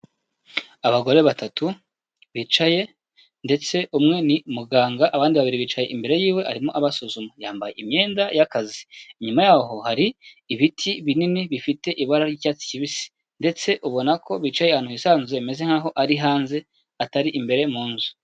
Abagore batatu bicaye ndetse umwe ni muganga abandi babiri bicaye imbere yiwe arimo abasuzuma yambaye imyenda y'akazi, inyuma y'aho hari ibiti binini bifite ibara ry'icyatsi kibisi ndetse ubona ko bicaye ahantu hisanzuye hameze nk'aho ari hanze atari imbere mu nzu.